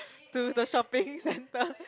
to the shopping centre